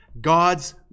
God's